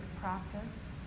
practice